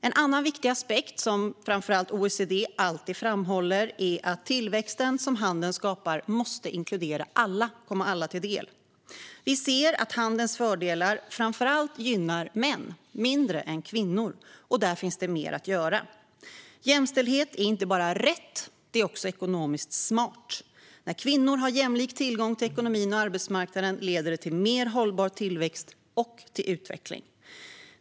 En annan viktig aspekt, som framför allt OECD alltid framhåller, är att den tillväxt som handeln skapar måste komma alla till del. Vi ser att handelns fördelar gynnar män mer än kvinnor, och där finns mer att göra. Jämställdhet är inte bara rätt; det är också ekonomiskt smart. När kvinnor har jämlik tillgång till ekonomin och arbetsmarknaden leder det till mer hållbar tillväxt och till utveckling.